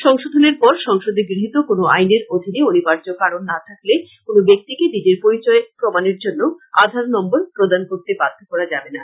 সংশোধনের পর সংসদে গৃহীত কোনো আইনের অধীনে অনিবার্য কারণ না থাকলে কোনো ব্যক্তিকে নিজের পরিচয় প্রমাণের জন্য আধার নম্বর প্রদান করতে বাধ্য করা যাবেনা